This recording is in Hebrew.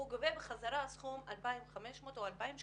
והוא גובה בחזרה סכום של 2,500 או 2,000 שקלים,